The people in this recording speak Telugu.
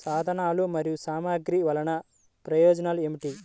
సాధనాలు మరియు సామగ్రి వల్లన ప్రయోజనం ఏమిటీ?